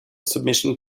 submission